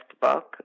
book